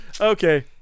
Okay